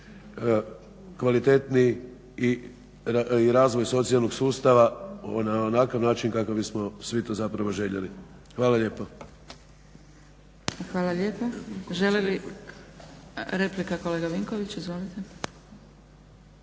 kvalitetniji i razvoj socijalnog sustava na onakav način kakav bismo svi to zapravo željeli. Hvala lijepo. **Zgrebec, Dragica (SDP)** Hvala lijepo. Replika, kolega Vinković. Izvolite.